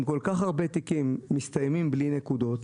אם כל-כך הרבה תיקים מסתיימים בלי נקודות,